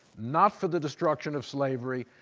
not for the destruction of slavery.